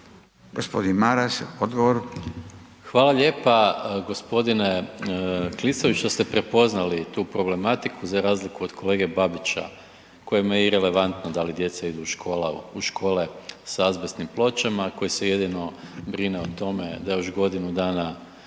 Gordan (SDP)** Hvala lijepa gospodine Klisović što ste prepoznali tu problematiku za razliku od kolege Babića kojima je irelevantno da li djeca idu u škole sa azbestnim pločama, koji se jedino brine o tome da još godinu dana